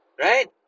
right